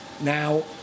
Now